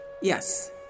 Yes